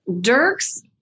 Dirk's